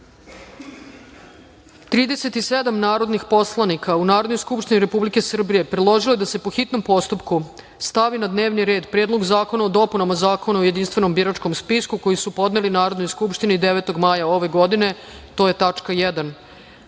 narodnih poslanik u Narodnoj skupštini Republike Srbije predložilo je da se, po hitnom postupku, stavi na dnevni red Predlog zakona o dopunama Zakona o jedinstvenom biračkom spisku, koji su podneli Narodnoj skupštini 9. maja ove godine (tačka 1.